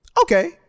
okay